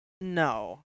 No